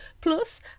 Plus